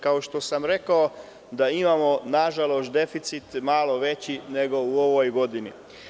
Kao što sam rekao, imamo deficit malo veći nego u ovoj godini.